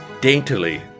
daintily